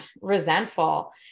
resentful